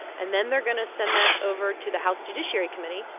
and then they're going to send that over to the house judiciary committee.